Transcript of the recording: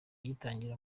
gitangira